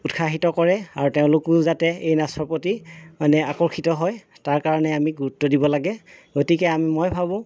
উৎসাহিত কৰে আৰু তেওঁলোকো যাতে এই নাচৰ প্ৰতি মানে আকৰ্ষিত হয় তাৰ কাৰণে আমি গুৰুত্ব দিব লাগে গতিকে আ মই ভাবো